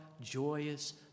joyous